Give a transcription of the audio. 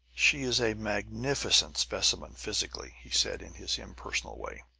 she is a magnificent specimen physically, he said in his impersonal way,